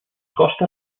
costa